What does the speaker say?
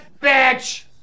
bitch